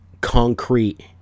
concrete